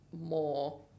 more